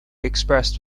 expressed